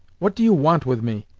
what do you want with me?